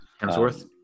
Hemsworth